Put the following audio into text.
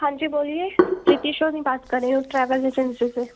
हाँ जी बोलिए प्रीति सोनी बात कर रही हूँ ट्रैवल एजेंसी से